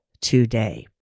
today